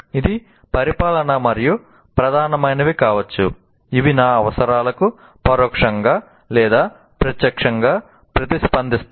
ఇది పరిపాలన మరియు ప్రధానమైనవి కావచ్చు అవి నా అవసరాలకు పరోక్షంగా లేదా ప్రత్యక్షంగా ప్రతిస్పందిస్తాయి